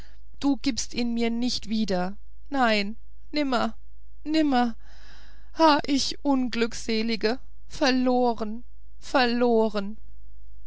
du gibst ihn mir nicht wieder nein nimmer nimmer ha ich unglückselige verloren verloren